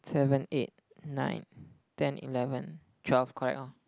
seven eight nine ten eleven twelve correct lor